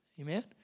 Amen